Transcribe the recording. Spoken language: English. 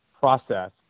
process